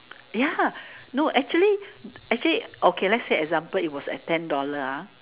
ya no actually actually okay let's say example it was at ten dollar ah